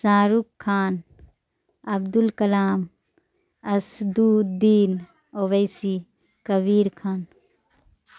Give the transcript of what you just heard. Shah Rukh Khan Abdul Kalam Asaduddin Owaisi Kabir Khan